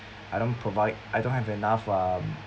I don't provide I don't have enough um